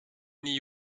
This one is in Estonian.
nii